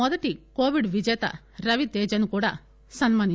మొదటి కోవిడ్ విజేత రవితేజను కూడా సన్మానించారు